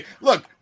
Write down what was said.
look